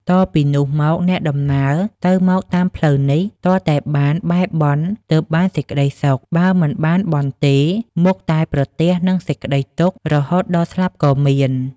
តពីនោះមក អ្នកដំណើរទៅមកតាមផ្លូវនេះ ទាល់តែបានបែរបន់ទើបបានសេចក្ដីសុខ បើមិនបានបន់ទេ មុខតែប្រទះនឹងសេចក្ដីទុក្ខ រហូតដល់ស្លាប់ក៏មាន ។